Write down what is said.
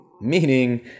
Meaning